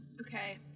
Okay